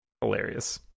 Hilarious